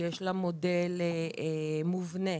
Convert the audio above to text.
שיש לה מודל מובנה,